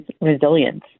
resilience